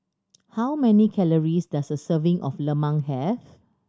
how many calories does a serving of Lemang have